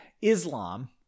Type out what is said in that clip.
Islam